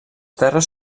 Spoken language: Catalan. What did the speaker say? terres